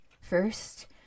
first